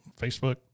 facebook